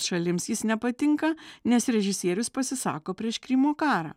šalims jis nepatinka nes režisierius pasisako prieš krymo karą